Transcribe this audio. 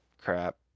crap